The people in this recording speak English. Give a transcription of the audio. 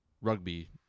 rugby